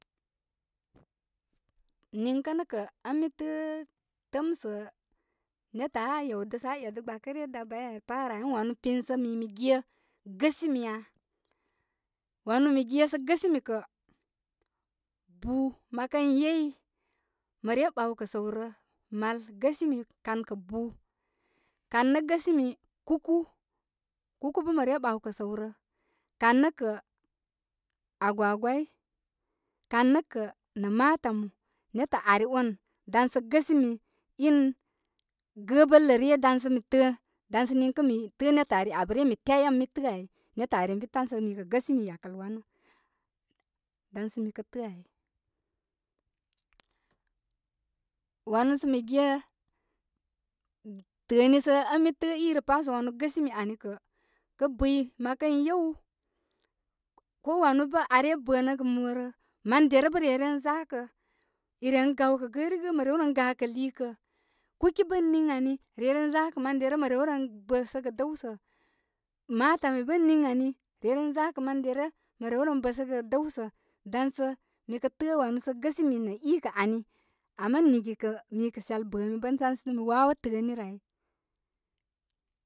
Niŋkə nə' kə' ən mi tə'ə' təə'm sə' netə' aa yewdə staurn a e'də gbakə re, dabair ai pa rə ai, ən wanu pin sə mi mi ge gəsimi ya. wanu mi ge sə gəsimi kə' buu, mə kən yey, mə re ɓawsəwrə. Mal gasimi kan kə' buu. kan nə gəsimi kuku, kuku bə ma re ɓawkə' səw rə. kan nə kə' agwagwai, kan nə kə' nə' matamu. Mebartə ari on dan sə gəsimi in gəbələrə dan sə mi təə' dan sə niŋkə' mi təə' nebartə' ari abə ryə mi tyay ən mi tə'ə' ai. Nebartə' ari ən tan sə mi kə gəsimi yakəl wanə- dan sə mikə tə'ə ay. wanu sə mi ge təə ni sə ə mi təə i re pa sə wanu gasimi ani kə'- bɨy mə kən yew ko wanu bə aa re bənəgə mo rə, ma darə bə' re ren zakə. i ren gawkə' garigə mə rew ren gakə' liikə. kuki bə ən niy ani. Re ren zakə man derə mə rew ren bəəgə dəwsə'. Matami bə' ən niŋ ani. Re ren zaka man derə mə rew ren bəsəgə dəw sa'. Matami bə' ən niŋ ani. Re ren zakə man derə mə rew ren bə səgə dəwsə'. Dan sə mi kə təə' wanuu gəsimi nə i kə ani. Ama nigi kə mi kə' shal bə' mi bən dan sə mi wawo tə'ə'ni rə ai.